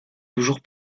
toujours